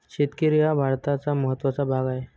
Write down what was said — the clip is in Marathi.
शेतकरी हा भारताचा महत्त्वाचा भाग आहे